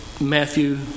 Matthew